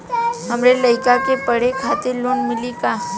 हमरे लयिका के पढ़े खातिर लोन मिलि का?